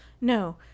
no